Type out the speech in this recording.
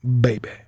Baby